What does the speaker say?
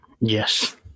Yes